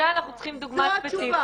זה אנחנו צריכים דוגמה ספציפית.